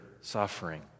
suffering